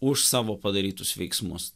už savo padarytus veiksmus